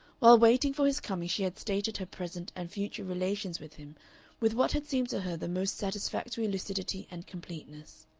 while waiting for his coming she had stated her present and future relations with him with what had seemed to her the most satisfactory lucidity and completeness.